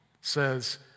says